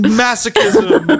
masochism